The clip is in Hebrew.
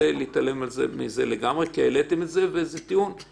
לעומת דרישה שהיא רק נמצאת בהנחיות.